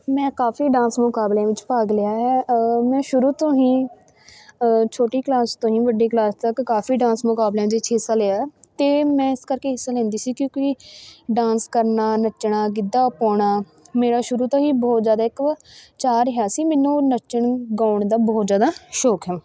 ਮੈਂ ਕਾਫੀ ਡਾਂਸ ਮੁਕਾਬਲਿਆਂ ਵਿੱਚ ਭਾਗ ਲਿਆ ਹੈ ਮੈਂ ਸ਼ੁਰੂ ਤੋਂ ਹੀ ਛੋਟੀ ਕਲਾਸ ਤੋਂ ਹੀ ਵੱਡੀ ਕਲਾਸ ਤੱਕ ਕਾਫੀ ਡਾਂਸ ਮੁਕਾਬਲਿਆਂ ਵਿੱਚ ਹਿੱਸਾ ਲਿਆ ਅਤੇ ਮੈਂ ਇਸ ਕਰਕੇ ਹਿੱਸਾ ਲੈਂਦੀ ਸੀ ਕਿਉਂਕਿ ਡਾਂਸ ਕਰਨਾ ਨੱਚਣਾ ਗਿੱਧਾ ਪਾਉਣਾ ਮੇਰਾ ਸ਼ੁਰੂ ਤੋਂ ਹੀ ਬਹੁਤ ਜ਼ਿਆਦਾ ਇੱਕ ਚਾਅ ਰਿਹਾ ਸੀ ਮੈਨੂੰ ਨੱਚਣ ਗਾਉਣ ਦਾ ਬਹੁਤ ਜ਼ਿਆਦਾ ਸ਼ੌਕ ਹੈ